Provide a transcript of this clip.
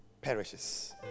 perishes